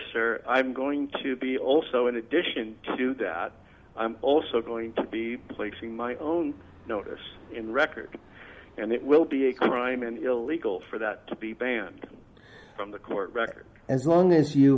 sure i'm going to be also in addition to that i'm also going to be placing my own notice in the record and it will be a crime and illegal for that to be banned from the court record as long as you